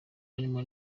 barimo